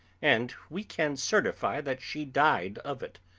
and we can certify that she died of it.